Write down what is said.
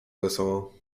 wesoło